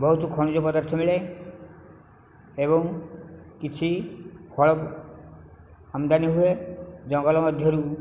ବହୁତ ଖଣିଜ ପଦାର୍ଥ ମିଳେ ଏବଂ କିଛି ଫଳ ଆମଦାନୀ ହୁଏ ଜଙ୍ଗଲ ମଧ୍ୟରୁ